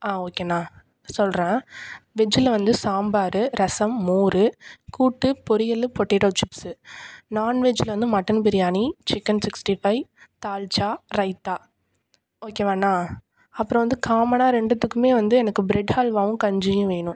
ஆ ஓகேண்ணா சொல்கிறேன் வெஜ்ஜில் வந்து சாம்பார் ரசம் மோர் கூட்டு பொரியல் பொட்டேட்டோ சிப்ஸு நான் வெஜ்ஜில் வந்து mutton biryani chicken sixty five dalcha raita ஓகேவாண்ணா அப்புறம் வந்து காமனாக ரெண்டுத்துக்குமே வந்து எனக்கு பிரெட் அல்வாவும் கஞ்சியும் வேணும்